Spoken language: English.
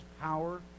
power